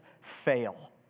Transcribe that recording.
fail